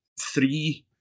three